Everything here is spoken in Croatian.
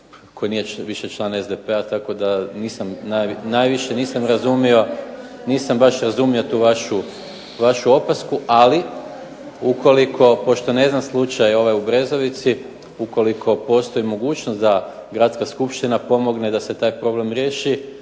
koji nije više član SDP-a tako da najviše nisam razumio tu vašu opasku. Ali ukoliko, pošto ne znam slučaj ovaj u Brezovici, ukoliko postoji mogućnost da Gradska skupština pomogne da se taj problem riješi